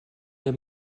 der